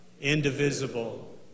indivisible